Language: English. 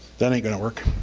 that ain't gonna work,